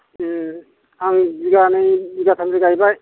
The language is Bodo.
आं बिगानै बिगाथामसो गायबाय